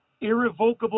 irrevocable